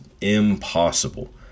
impossible